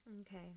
Okay